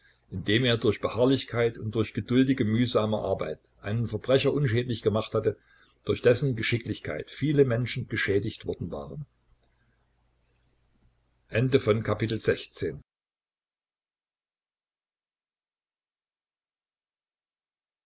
indem er durch beharrlichkeit und durch geduldige mühsame arbeit einen verbrecher unschädlich gemacht hatte durch dessen geschicklichkeit viele menschen geschädigt worden waren